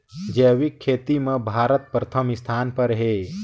जैविक खेती म भारत प्रथम स्थान पर हे